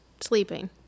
sleeping